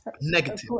negative